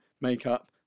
makeup